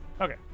Okay